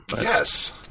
Yes